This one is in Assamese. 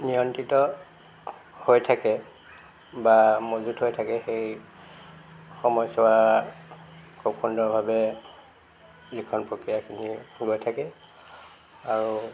নিয়ন্ত্ৰিত হৈ থাকে বা মজুত হৈ থাকে সেই সময়ছোৱা খুৱ সুন্দৰভাৱে লিখন প্ৰক্ৰিয়াখিনি গৈ থাকে আৰু